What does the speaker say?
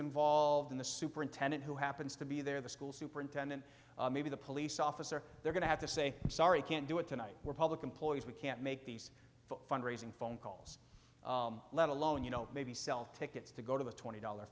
involved in the superintendent who happens to be there the school superintendent maybe the police officer they're going to have to say sorry can't do it tonight we're public employees we can't make these fundraising phone calls let alone you know maybe sell tickets to go to a twenty dollar